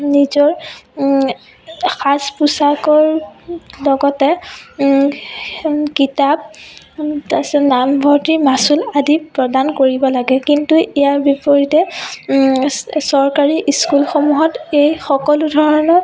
নিজৰ সাজ পোচাকৰ লগতে কিতাপ তাৰ পিছত নাম ভৰ্তিৰ মাচুল আদি প্ৰদান কৰিব লাগে কিন্তু ইয়াৰ বিপৰীতে চৰকাৰী ইস্কুলসমূহত এই সকলোধৰণৰ